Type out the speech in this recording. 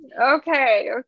Okay